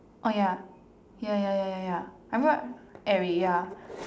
oh ya ya ya ya ya ya I mean what airy ya